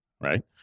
right